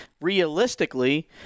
realistically